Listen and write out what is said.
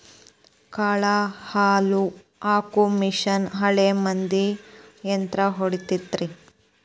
ಕಾಳ ಹಾಕು ಮಿಷನ್ ಹಳೆ ಮಂದಿ ಯಂತ್ರಾ ಹೊಡಿತಿದ್ರ